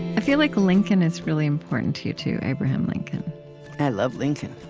i feel like lincoln is really important to you, too abraham lincoln i love lincoln.